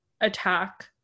attack